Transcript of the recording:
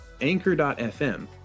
Anchor.fm